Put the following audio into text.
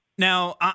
Now